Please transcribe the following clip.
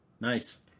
Nice